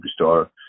superstar